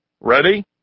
Ready